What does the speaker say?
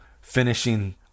finishing